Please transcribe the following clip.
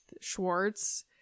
Schwartz